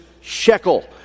shekel